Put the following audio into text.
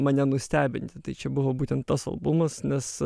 mane nustebinti tai čia buvo būtent tas albumas nes